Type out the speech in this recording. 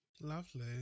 Lovely